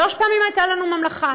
שלוש פעמים הייתה לנו ממלכה,